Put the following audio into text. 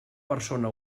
persona